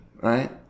right